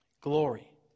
glory